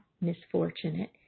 misfortunate